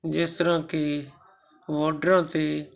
ਜਿਸ ਤਰ੍ਹਾਂ ਕਿ ਬੋਰਡਰਾਂ 'ਤੇ